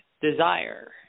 desire